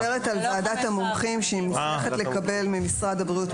היא מדברת על ועדת המומחים שמוסמכת לקבל ממשרד הבריאות,